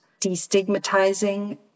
destigmatizing